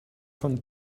von